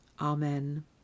Amen